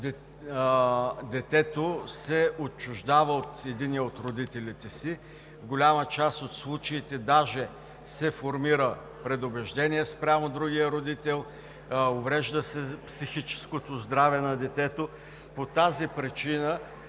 детето се отчуждава от единия от родителите си, в голяма част от случаите даже се формира предубеждение спрямо другия родител, уврежда се психическото здраве на детето. По тази причина